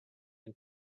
and